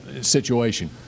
situation